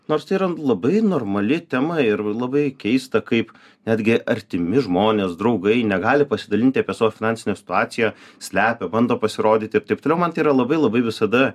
nors tai yra labai normali tema ir labai keista kaip netgi artimi žmonės draugai negali pasidalinti apie savo finansinę situaciją slepia bando pasirodyt taip taip toliau man tai yra labai labai visada